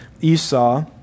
Esau